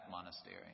monastery